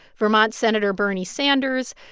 vermont senator bernie sanders,